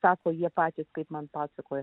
tapo jie patys kaip man pasakoja